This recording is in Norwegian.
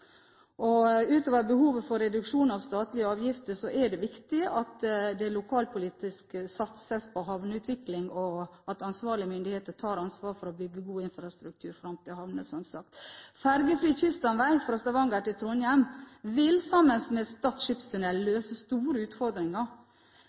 Utover behovet for reduksjon av statlige avgifter er det viktig at det lokalpolitisk satses på havneutvikling, og at ansvarlige myndigheter tar ansvar for å bygge en god infrastruktur fram til havnene, som sagt. En ferjefri kyststamvei fra Stavanger til Trondheim vil, sammen med Stad skipstunnel,